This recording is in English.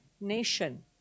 nation